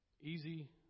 easy